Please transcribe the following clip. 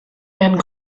werden